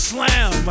Slam